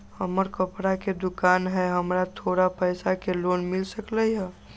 हमर कपड़ा के दुकान है हमरा थोड़ा पैसा के लोन मिल सकलई ह?